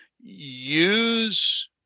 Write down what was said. use